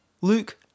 Luke